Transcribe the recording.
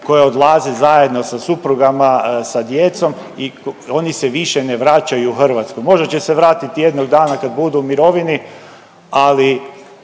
koje odlaze zajedno sa suprugama i sa djecom i oni se više ne vraćaju u Hrvatsku. Možda će se vratiti jednog dana kad budu u mirovini, ali